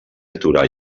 aturar